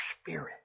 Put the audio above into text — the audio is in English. spirit